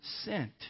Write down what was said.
sent